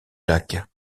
lac